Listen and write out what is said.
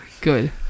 Good